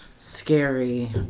Scary